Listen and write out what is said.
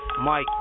Mike